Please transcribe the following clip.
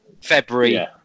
February